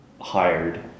hired